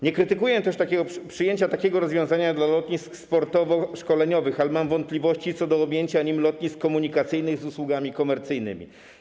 Nie krytykuję przyjęcia takiego rozwiązania dla lotnisk sportowo-szkoleniowych, ale mam wątpliwości co do objęcia nim lotnisk komunikacyjnych z usługami komercyjnymi.